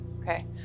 Okay